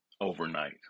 overnight